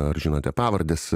ar žinote pavardes